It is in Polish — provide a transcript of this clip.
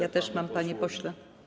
Ja też mam, panie pośle.